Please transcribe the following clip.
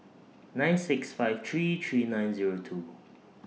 nine six five three three nine Zero two